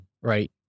right